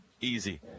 Easy